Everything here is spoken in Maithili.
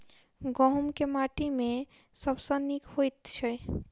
गहूम केँ माटि मे सबसँ नीक होइत छै?